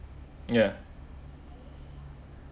ya